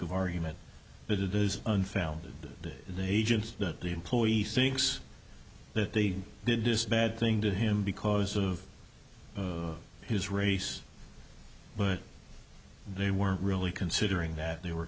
of argument that it is unfounded the agents that the employee thinks that they did bad thing to him because of his race but they weren't really considering that they were